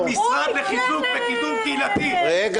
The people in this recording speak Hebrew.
תראה, אני